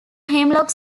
hemlock